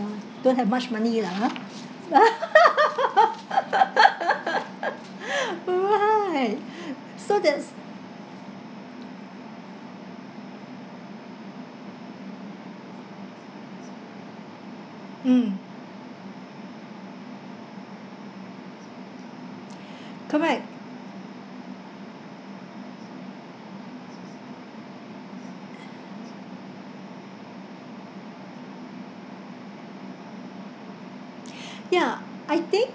don't have much money lah ah right so that's mm correct ya I think